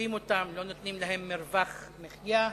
חונקים אותם ולא נותנים להם מרווח מחיה.